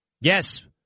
Yes